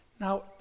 Now